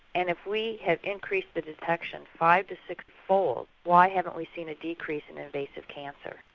and if we have increased the detection five to sixfold, why haven't we seen a decrease in invasive cancer?